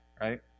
right